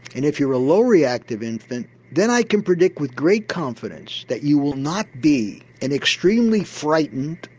and if you're a low reactive infant then i can predict with great confidence that you will not be an extremely frightened,